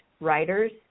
writers